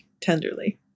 tenderly